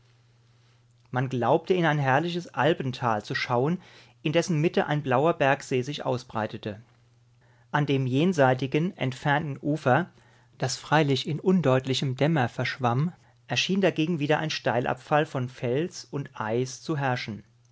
man glaubte in ein herrliches alpental zu schauen in dessen mitte ein blauer bergsee sich ausbreitete an dem jenseitigen entfernten ufer das freilich in undeutlichem dämmer verschwamm schien dagegen wieder ein steilabfall von fels und eis zu herrschen